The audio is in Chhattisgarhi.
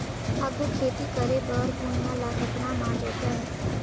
आघु खेती करे बर भुइयां ल कतना म जोतेयं?